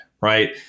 right